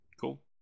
Cool